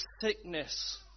sickness